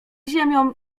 ziemią